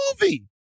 movie